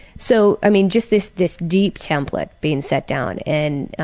so i mean just this this deep template being set down and